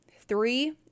three